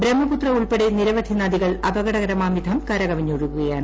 ബ്രഹ്മപുത്ര ഉൾപ്പെടെ നിരവധി നദികൾ അപകടകരമാവിധം കരകവിഞ്ഞൊഴുകുകയാണ്